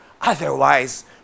Otherwise